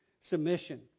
Submission